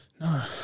No